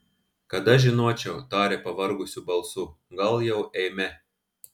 kad aš žinočiau tarė pavargusiu balsu gal jau eime